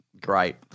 great